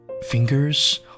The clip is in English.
Fingers